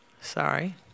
Sorry